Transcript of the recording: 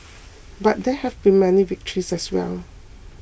but there have been many victories as well